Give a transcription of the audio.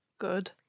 Good